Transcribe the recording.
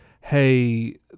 Hey